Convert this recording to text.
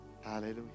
Hallelujah